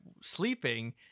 sleeping